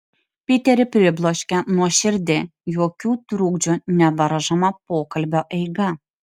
piterį pribloškė nuoširdi jokių trukdžių nevaržoma pokalbio eiga